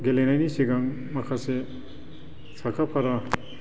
गेलेनायनि सिगां माखासे साखाफारा